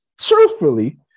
truthfully